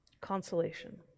Consolation